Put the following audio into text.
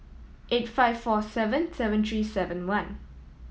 eight five four seven seven three seven one